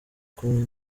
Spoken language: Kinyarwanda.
kumwe